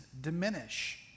diminish